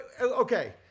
okay